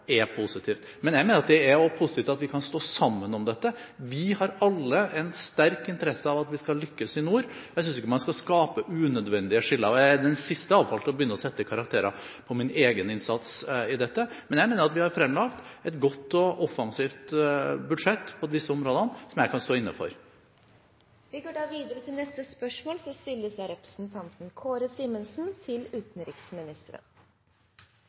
positivt. Men jeg mener det også er positivt at vi kan stå sammen om dette. Vi har alle en sterk interesse av at vi skal lykkes i nord, og jeg synes ikke man skal skape unødvendige skiller. Jeg er i alle fall den siste til å begynne å sette karakterer på min egen innsats her, men jeg mener at vi har fremlagt et godt og offensivt budsjett på disse områdene, som jeg kan stå inne for. Vi går da til spørsmål